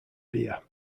beer